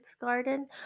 garden